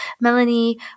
melanie